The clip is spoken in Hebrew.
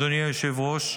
אדוני היושב-ראש,